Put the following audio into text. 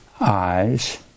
eyes